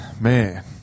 Man